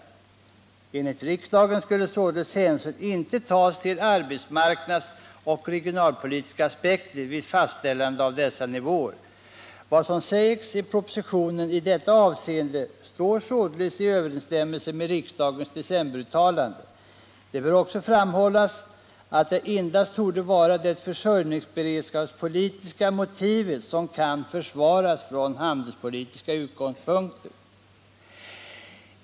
Enligt riksdagen skulle således hänsyn inte tas till arbetsmarknadsoch regionalpolitiska aspekter vid fastställande av dessa nivåer. Vad som sägs i propositionen i detta avseende står således i överensstämmelse med riksdagens decemberuttalande. Det bör också framhållas att det endast torde vara det försörjningsberedskapspolitiska motivet som kan försvaras från handelspolitiska utgångspunkter.